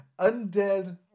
undead